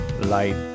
light